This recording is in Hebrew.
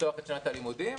לפתור את שנת הלימודים,